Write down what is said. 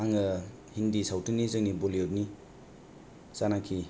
आङो हिन्दी सावथुननि जोंनि बलिउदनि जानाखि